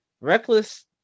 reckless